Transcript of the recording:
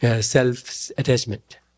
self-attachment